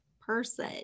person